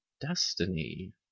Destiny